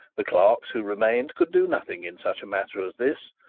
the clerks who remained could do nothing in such a matter as this,